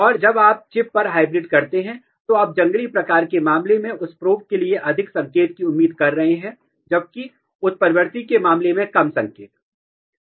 और जब आप चिप पर हाइब्रिड करते हैं तो आप जंगली प्रकार के मामले में उस प्रोब के लिए अधिक संकेत की उम्मीद कर रहे हैं जबकि उत्परिवर्ती के मामले में कम संकेत